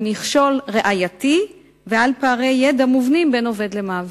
על מכשול ראייתי ועל פערי ידע מובנים בין עובד למעביד.